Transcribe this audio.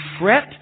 fret